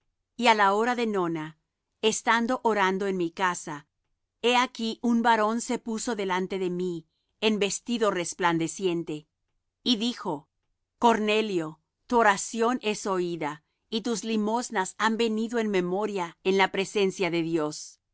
y á la hora de nona estando orando en mi casa he aquí un varón se puso delante de mí en vestido resplandeciente y dijo cornelio tu oración es oída y tus limosnas han venido en memoria en la presencia de dios